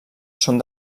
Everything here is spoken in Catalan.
són